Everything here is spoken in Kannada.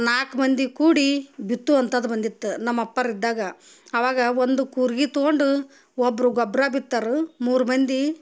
ನಾಲ್ಕು ಮಂದಿ ಕೂಡಿ ಬಿತ್ತುವಂಥದ್ದು ಬಂದಿತ್ತು ನಮ್ಮಪ್ಪರು ಇದ್ದಾಗ ಆವಾಗ ಒಂದು ಕೂರ್ಗಿ ತಗೊಂಡು ಒಬ್ಬರು ಗೊಬ್ಬರ ಬಿತ್ತರು ಮೂರು ಮಂದಿ